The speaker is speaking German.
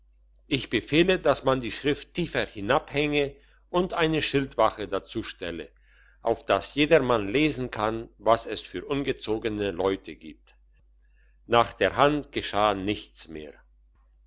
ich befehle dass man die schrift tiefer hinabhänge und eine schildwache dazustelle auf dass jedermann lesen kann was es für ungezogene leute gibt nachderhand geschah nichts mehr